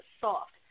soft